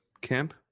camp